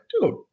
dude